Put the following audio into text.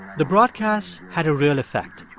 the broadcasts had a real effect.